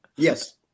Yes